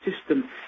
system